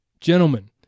gentlemen